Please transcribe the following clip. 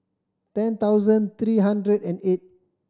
ten thousand three hundred and eight